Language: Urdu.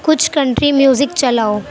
کچھ کنٹری میوزک چلاؤ